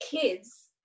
kids